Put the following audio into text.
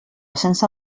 sense